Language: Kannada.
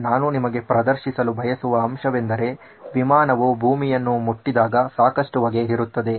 ನಾನು ನಿಮಗೆ ಪ್ರದರ್ಶಿಸಲು ಬಯಸುವ ಅಂಶವೆಂದರೆ ವಿಮಾನವು ಭೂಮಿಯನ್ನು ಮುಟ್ಟಿದಾಗ ಸಾಕಷ್ಟು ಹೊಗೆ ಇರುತ್ತದೆ